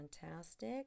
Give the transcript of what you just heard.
fantastic